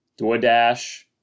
DoorDash